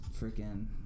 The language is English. freaking